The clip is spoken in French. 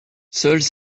seules